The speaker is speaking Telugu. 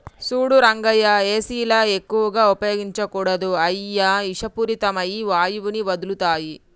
సూడు రంగయ్య ఏసీలు ఎక్కువగా ఉపయోగించకూడదు అయ్యి ఇషపూరితమైన వాయువుని వదులుతాయి